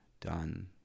done